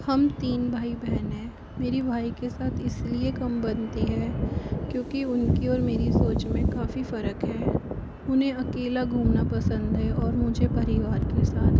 हम तीन भाई बहन है मेरी भाई के साथ इसलिए कम बनती है क्योंकि उनकी और मेरी सोच में काफ़ी फ़र्क है उन्हें अकेला घूमना पसंद है और मुझे परिवार के साथ